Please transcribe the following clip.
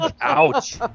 Ouch